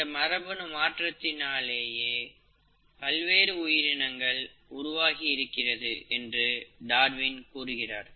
இந்த மரபணு மாற்றத்தினால் ஏன் பல்வேறு புதிய உயிரினங்கள் உருவாகி இருக்கிறது என்று டார்வின் கூறுகிறார்